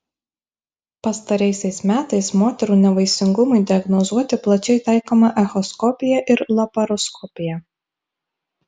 pastaraisiais metais moterų nevaisingumui diagnozuoti plačiai taikoma echoskopija ir laparoskopija